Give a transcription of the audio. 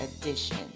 edition